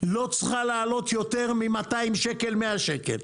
לא צריכה לעלות יותר מ-200 שקל, 100 שקל.